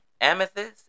Amethyst